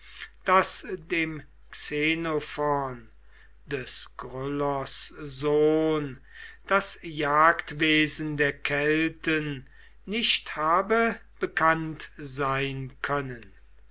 daß dem xenophon des gryllos sohn das jagdwesen der kelten nicht habe bekannt sein können